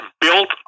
built